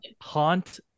Haunt